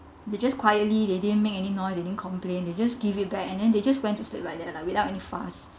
they just quietly they didn't make any noise they didn't complain they just give it back and then they just went to sleep like that lah without any fuss